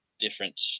different